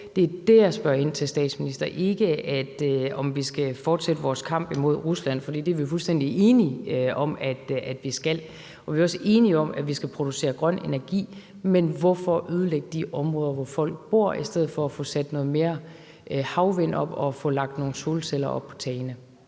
Det er det, jeg spørger ind til, statsminister. Det er ikke, om vi skal fortsætte vores kamp imod Rusland, for det er vi fuldstændig enige om at vi skal. Vi er også enige om, at vi skal producere grøn energi. Men hvorfor ødelægge de områder, hvor folk bor, i stedet for at få sat noget mere havvind op og få lagt nogle solceller op på tagene?